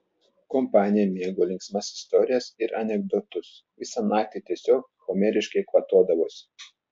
kompanija mėgo linksmas istorijas ir anekdotus visą naktį tiesiog homeriškai kvatodavosi